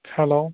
hello